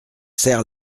serre